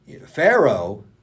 Pharaoh